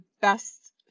best